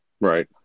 Right